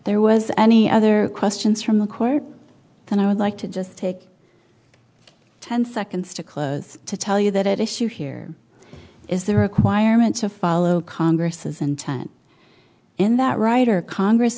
there was any other questions from the court and i would like to just take ten seconds to close to tell you that at issue here is the requirement to follow congress intent in that rider congress